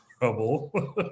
trouble